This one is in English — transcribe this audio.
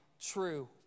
true